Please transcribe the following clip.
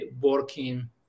working